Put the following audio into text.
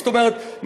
זאת אומרת,